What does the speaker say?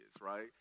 right